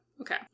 Okay